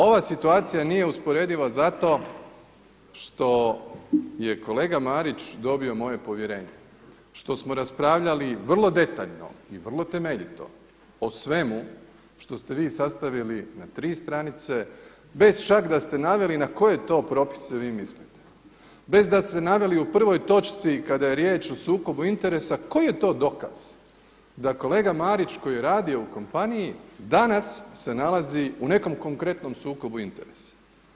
Ova situacija nije usporediva što je kolega Marić dobio moje povjerenje što smo raspravljali vrlo detaljno i vrlo temeljito o svemu što ste vi sastavili na tri stranice bez čak da ste naveli na koje to propise vi mislite, bez da ste naveli u prvoj točci kada je riječ o sukobu interesa koji je to dokaz da kolega Marić koji je radio u kompaniji danas se nalazi u nekom konkretnom sukobu interesa.